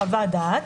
חוות דעת.